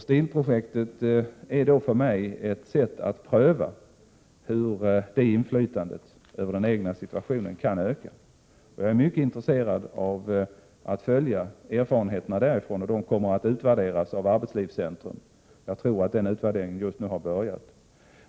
STIL-projektet är för mig ett sätt att pröva hur inflytandet över den egna situationen kan öka, och jag är mycket intresserad av att följa erfarenheterna av detta arbete. STIL-projektet kommer att utvärderas av arbetslivscentrum — jag tror att utvärderingsarbetet just har påbörjats.